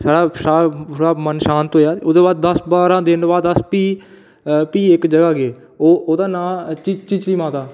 फिर साढ़ा मन शांत होएआ दस बारां दिन दे बाद अस फ्ही फ्ही इक जगह् गे ओह्दा नांऽ ऐ चीची माता